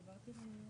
בסעיף 1, אחרי